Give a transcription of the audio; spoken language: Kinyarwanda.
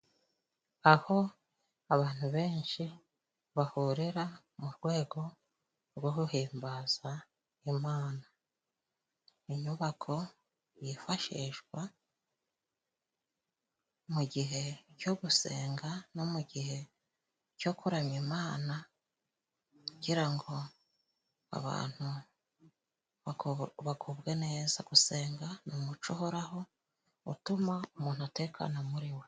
Aho abantu benshi bahurira mu rwego rwo guhimbaza imana, inyubako yifashishwa mu gihe cyo gusenga no mu gihe cyo kuramya imana kugirango abantu bagubwe neza. Gusenga ni umuco uhoraho utuma umuntu atekana muri we.